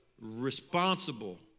responsible